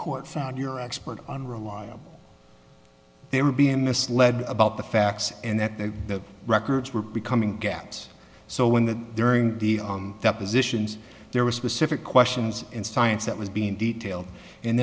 court found your expert unreliable they were being misled about the facts and that they the records were becoming gaps so when the during the the positions there were specific questions in science that was being detail and